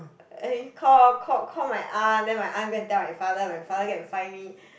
eh call call call my aunt then my aunt go and tell my father my father go and find me